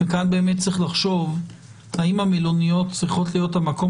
כאן באמת צריך לחשוב האם המלוניות צריכות להיות המקום